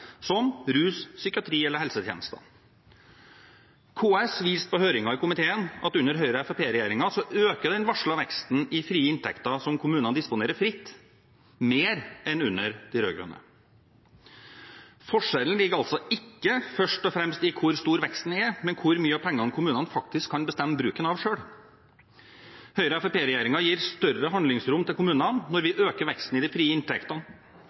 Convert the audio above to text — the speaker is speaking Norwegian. som rus, psykiatri eller helsetjenester. KS viste på høringen i komiteen at under Høyre–Fremskrittsparti-regjeringen øker den varslede veksten i frie inntekter som kommunene disponerer fritt, mer enn under de rød-grønne. Forskjellen ligger altså ikke først og fremst i hvor stor veksten er, men i hvor mye av pengene kommunene faktisk kan bestemme bruken av selv. Høyre–Fremskrittsparti-regjeringen gir større handlingsrom til kommunene når vi øker veksten i de frie inntektene.